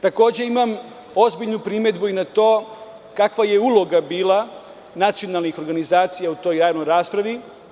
Takođe imam ozbiljnu primedbu i na to kakva je uloga bila nacionalnih organizacija u toj javnoj raspravi.